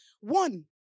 One